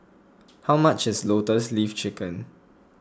how much is Lotus Leaf Chicken